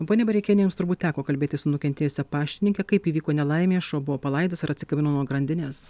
ponia bareikiene jums turbūt teko kalbėtis su nukentėjusia paštininke kaip įvyko nelaimė šuo buvo palaidas ir atsikabino nuo grandinės